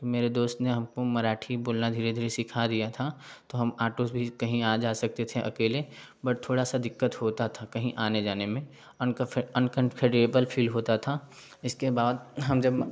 तो मेरे दोस्त ने हमको मराठी बोलना धीरे धीरे सीखा दिया था तो हम ऑटो भी कहीं आ जा सकते थे अकेले बट थोड़ा सा दिक्कत होता था कहीं आने जाने में अंकनफेडेबल फ़ील होता था इसके बाद हम जब